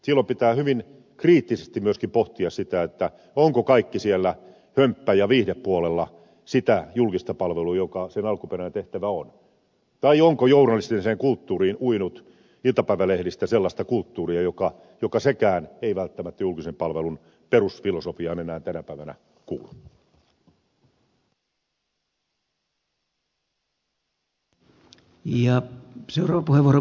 silloin pitää hyvin kriittisesti myöskin pohtia sitä onko kaikki siellä hömppä ja viihdepuolella sitä julkista palvelua joka sen alkuperäinen tehtävä on tai onko journalistiseen kulttuuriin uinut iltapäivälehdistä sellaista kulttuuria joka sekään ei välttämättä julkisen palvelun perusfilosofiaan enää tänä päivänä kuulu